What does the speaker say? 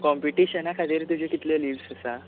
कोम्पिटीशना खातीर तुज्यो कितल्यो लिव्हस आसा